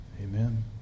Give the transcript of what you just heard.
Amen